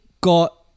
got –